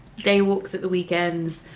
day walks at the weekends,